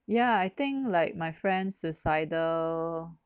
ya I think like my friend suicidal